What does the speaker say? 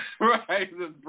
Right